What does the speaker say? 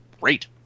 great